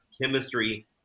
chemistry